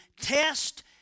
test